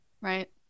right